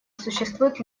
существует